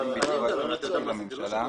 שמצביעים 75 אחוזים עם הממשלה.